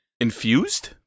Infused